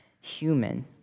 human